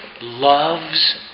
loves